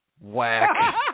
Whack